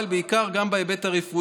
אבל בעיקר גם בהיבט הרפואי,